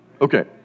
Okay